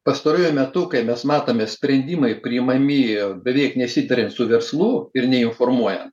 pastaruoju metu kai mes matome sprendimai priimami beveik nesitariant su verslu ir neinformuoja